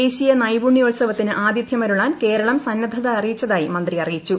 ദേശീയ നൈപുണ്യോത്സവത്തിന് ആതിഥ്വമരുളാൻ കേരളം സന്നദ്ധത അറിയിച്ചതായി മന്ത്രി അറിയിച്ചു